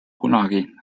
kunagi